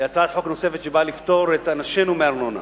היא הצעת חוק נוספת שבאה לפטור את אנשינו מארנונה.